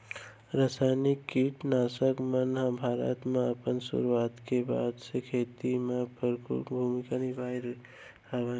रासायनिक किट नाशक मन हा भारत मा अपन सुरुवात के बाद से खेती मा परमुख भूमिका निभाए हवे